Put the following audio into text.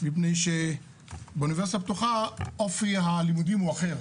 מפני שבאוניברסיטה הפתוחה אופי הלימודים הוא אחר.